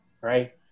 right